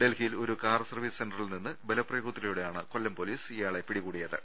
ഡൽഹിയിൽ ഒരു car service സെന്ററിൽ നിന്ന് ബലപ്രയോഗത്തിലൂടെയാണ് കൊല്ലം പൊലീസ് ഇയാളെ പിടികൂടിയത്